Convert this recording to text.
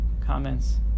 Comments